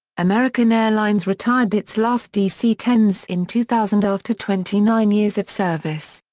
american airlines retired its last dc ten s in two thousand after twenty nine years of service.